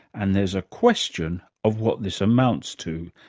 and there's a question of what this amounts to,